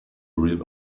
real